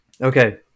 Okay